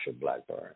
Blackburn